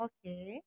Okay